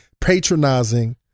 patronizing